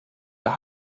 der